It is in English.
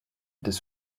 this